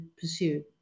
pursue